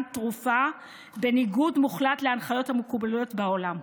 תרופה בניגוד מוחלט להנחיות המקובלות בעולם,